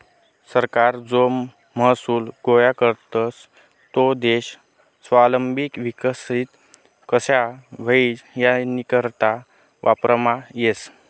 सरकार जो महसूल गोया करस तो देश स्वावलंबी विकसित कशा व्हई यानीकरता वापरमा येस